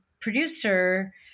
producer